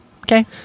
Okay